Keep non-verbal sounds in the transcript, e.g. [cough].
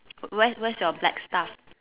[noise] where where's your black stuff